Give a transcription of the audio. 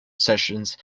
sessions